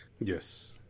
yes